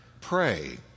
pray